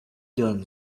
donne